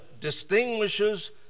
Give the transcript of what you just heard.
distinguishes